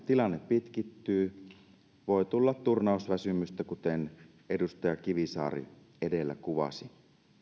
tilanne pitkittyy voi tulla turnausväsymystä kuten edustaja kivisaari edellä kuvasi